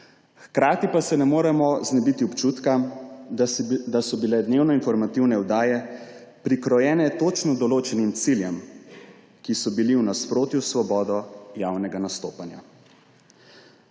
Hkrati pa se ne moremo znebiti občutka, da so bile dnevne informativne oddaje prikrojene točno določenim ciljem, ki so bili v nasprotju s svobodo javnega nastopanja.